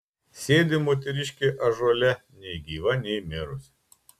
sėdi moteriškė ąžuole nei gyva nei mirusi